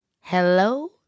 Hello